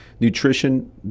Nutrition